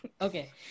Okay